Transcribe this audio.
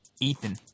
Ethan